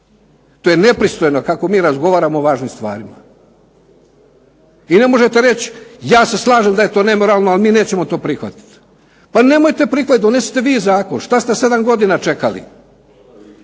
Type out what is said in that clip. To je nepristojno kako mi razgovaramo o važnim stvarima. I ne možete reći ja se slažem da je to nemoralno, ali mi nećemo to prihvatiti. Pa nemojte prihvatiti, donesite vi zakon. Šta ste 7 godina čekali.